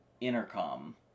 intercom